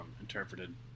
interpreted